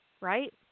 Right